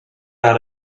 out